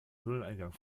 tunneleingang